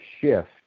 shift